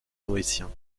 noétiens